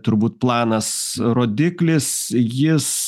turbūt planas rodiklis jis